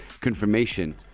Confirmation